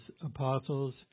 apostles